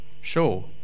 Sure